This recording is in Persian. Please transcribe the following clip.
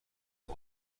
وزن